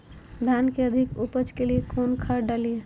धान के अधिक उपज के लिए कौन खाद डालिय?